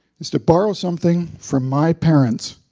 is to borrow something from my parents.